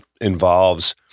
involves